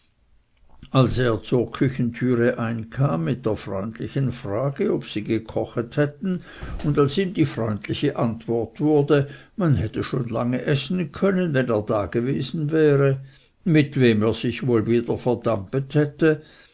als er zur küchetüre ein kam mit der freundlichen frage ob sie gekochet hätten und als ihm die freundliche antwort wurde man hätte schon lange essen können wenn er dagewesen wäre mit wem er sich wohl wieder verdampet hätte